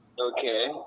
Okay